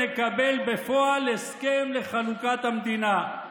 נקבל בפועל הסכם לחלוקת המדינה,